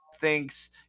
thinks